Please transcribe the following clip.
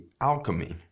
alchemy